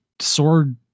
sword